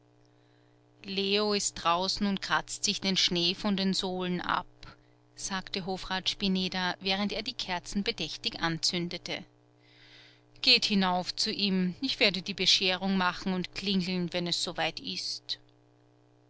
leo ist draußen und kratzt sich den schnee von den sohlen ab sagte hofrat spineder während er die kerzen bedächtig anzündete geht hinauf zu ihm ich werde die bescherung machen und klingeln wenn es so weit ist